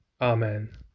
amen